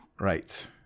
Right